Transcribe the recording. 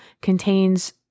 contains